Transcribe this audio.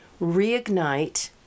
reignite